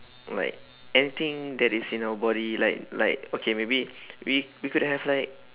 like anything that is in our body like like okay maybe we we could have like